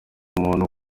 umuntu